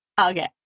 Okay